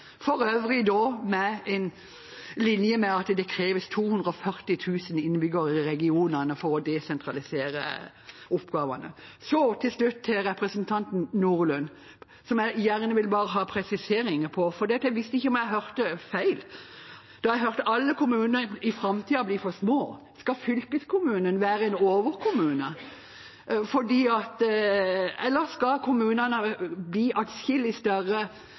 regjeringen. Da finner jeg det utrolig bemerkelsesverdig at Senterpartiet trykker ekspertutvalget til sitt bryst og vil desentralisere alle ekspertutvalgets oppgaver, for øvrig med en linje om at det kreves 240 000 innbyggere i regionene for å desentralisere oppgavene. Til slutt til representanten Nordlund, om noe som jeg gjerne vil ha en presisering på, for jeg vet ikke om jeg hørte feil da jeg hørte at alle kommuner i framtiden blir for små: Skal fylkeskommunen